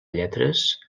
lletres